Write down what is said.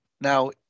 now